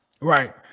Right